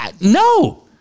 no